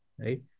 right